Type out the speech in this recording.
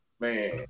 man